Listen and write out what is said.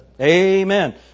Amen